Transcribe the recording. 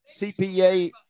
CPA